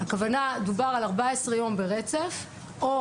דובר על 14 יום ברצף או